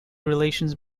relations